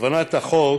כוונת החוק